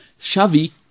Xavi